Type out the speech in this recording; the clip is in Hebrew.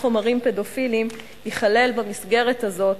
חומרים פדופיליים ייכלל במסגרת הזאת,